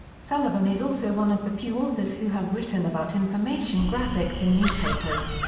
sullivan is also one of the few authors who have written about information graphics in newspapers.